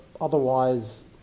otherwise